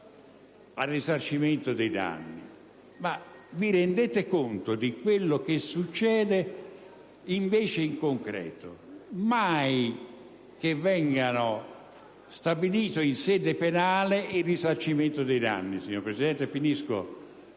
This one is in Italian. al risarcimento dei danni. Ma vi rendete conto di quel che succede invece in concreto? Mai che venga stabilito in sede penale il risarcimento dei danni! Ma attenzione, quando